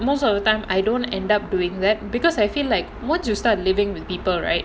most of the time I don't end up doing that because I feel like once you start living with people right